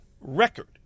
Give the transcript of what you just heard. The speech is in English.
record